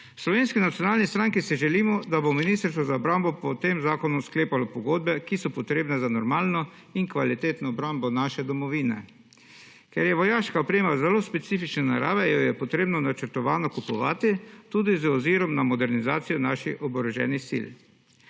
Slovenski nacionalni stranki si želimo, da bo Ministrstvo za obrambo po tem zakonu sklepalo pogodbe, ki so potrebne za normalno in kvalitetno obrambo naše domovine. Ker je vojaška oprema zelo specifične narave, jo je potrebno načrtovano kupovati tudi z ozirom na modernizacijo naših oboroženih sil.